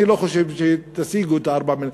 אני לא חושב שתשיגו את 4 המיליארד.